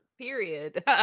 period